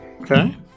Okay